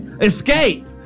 escape